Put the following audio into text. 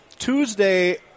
Tuesday